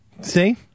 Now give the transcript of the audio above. See